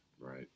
Right